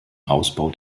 ausbau